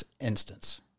instance